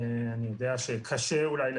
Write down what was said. אתה לא מכיר?